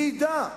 מי ידע?